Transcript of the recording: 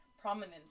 prominent